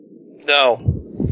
No